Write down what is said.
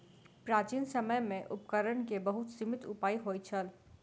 प्राचीन समय में उपकरण के बहुत सीमित उपाय होइत छल